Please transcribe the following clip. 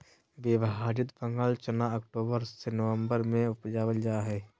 विभाजित बंगाल चना अक्टूबर से ननम्बर में उपजाल जा हइ